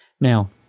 Now